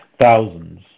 Thousands